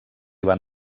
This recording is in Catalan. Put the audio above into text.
van